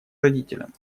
родителям